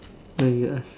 no you ask